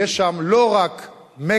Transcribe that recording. יש שם לא רק מיקח,